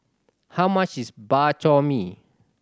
how much is Bak Chor Mee